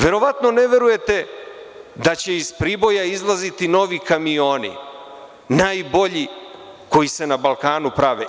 Verovatno ne verujete da će iz Priboja izlaziti novi kamioni, najbolji koji se na Balkanu prave.